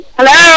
Hello